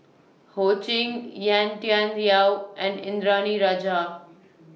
Ho Ching Yan Tian Yau and Indranee Rajah